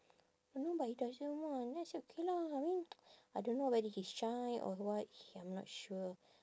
don't know but he doesn't want then I say okay lah I mean I don't know whether he's shy or what he I'm not sure